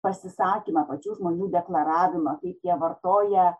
pasisakymą pačių žmonių deklaravimą kaip jie vartoja